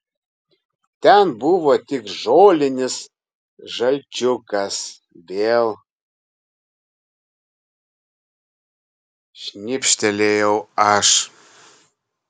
ten buvo tik žolinis žalčiukas vėl šnibžtelėjau aš